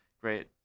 great